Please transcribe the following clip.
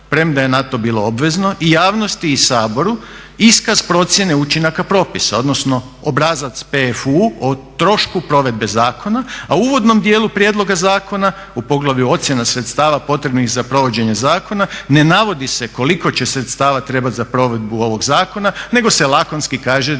premda je na to bilo obvezno i javnosti i Saboru iskaz procjene učinaka propisa odnosno obrazac PFU o trošku provedbe zakona, a u uvodnom dijelu prijedloga zakona u poglavlju ocjena sredstava potrebnih za provođenje zakona, ne navodi se koliko će sredstava trebati za provedbu ovog zakona nego se lakonski kaže da su